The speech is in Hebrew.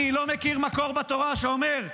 אני לא מכיר מקור בתורה שאומר,